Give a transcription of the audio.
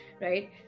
Right